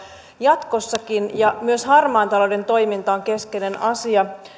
jatkossakin ja myös harmaan talouden torjunta on keskeinen asia